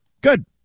Good